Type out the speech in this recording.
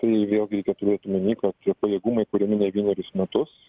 tai vėlgi reikia turėt omeny kad tie pajėgumai kuriami ne vienerius metus